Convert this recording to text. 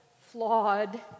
flawed